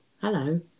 hello